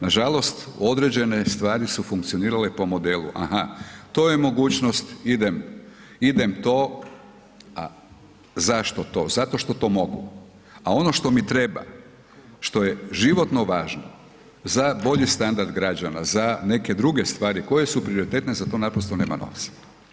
Nažalost, određene stvari su funkcionirale po modelu, aha to je mogućnost, idem to a zašto to, zašto što to mogu a ono što mi treba, što je životno važno, za bolji standard građana, za neke druge stvari koje su prioritetne, za to naprosto nema novaca.